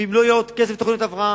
ואם לא יהיה עוד כסף לתוכניות הבראה,